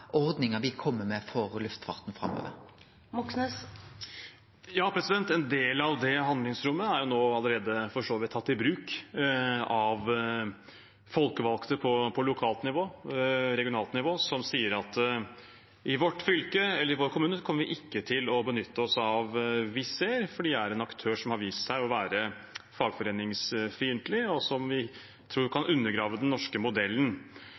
med for luftfarten framover. En del av det handlingsrommet er nå allerede for så vidt tatt i bruk av folkevalgte på lokalt og regionalt nivå, som sier at i deres fylke eller i deres kommune kommer de ikke til å benytte seg av Wizz Air, for det er en aktør som har vist seg å være fagforeningsfiendtlig, og som man tror kan undergrave den norske modellen.